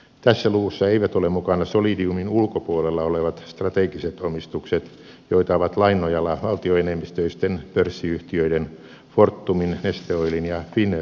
tässä luvussa eivät ole mukana solidiumin ulkopuolella olevat strategiset omistukset joita ovat lain nojalla valtioenemmistöisten pörssiyhtiöiden fortumin neste oilin ja finnairin osakkeet